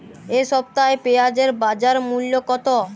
এ সপ্তাহে পেঁয়াজের বাজার মূল্য কত?